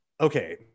Okay